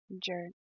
jerk